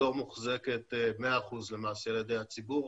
דור מוחזקת 100% למעשה על ידי הציבור,